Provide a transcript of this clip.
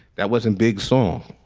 that was in big song,